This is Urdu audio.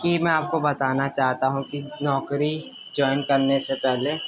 کہ میں آپ کو بتانا چاہتا ہوں کہ نوکری جوائن کرنے سے پہلے